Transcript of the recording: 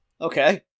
Okay